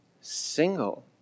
single